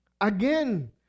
Again